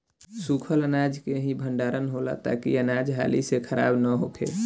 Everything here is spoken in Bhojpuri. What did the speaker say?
सूखल अनाज के ही भण्डारण होला ताकि अनाज हाली से खराब न होखे